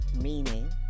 Meaning